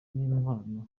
n’impano